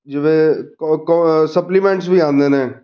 ਜਿਵੇਂ ਕੋ ਕੋ ਸਪਲੀਮੈਂਟਸ ਵੀ ਆਉਂਦੇ ਨੇ